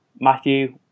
Matthew